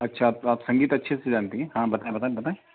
अच्छा तो आप संगीत अच्छे से जानती हैं हाँ बताएँ बताएँ बताएँ